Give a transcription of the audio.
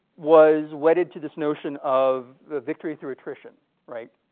was wedded to this notion of the victory through attrition right,